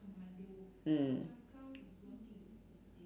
mm